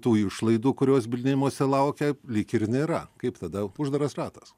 tų išlaidų kurios bylinėjimosi laukia lyg ir nėra kaip tada uždaras ratas